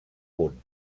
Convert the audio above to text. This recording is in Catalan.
punt